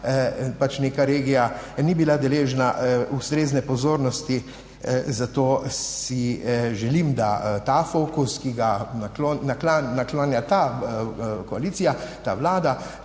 pač neka regija ni bila deležna ustrezne pozornosti, zato si želim, da ta fokus, ki ga naklanja ta koalicija, ta vlada